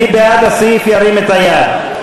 מי בעד הסעיף, ירים את היד.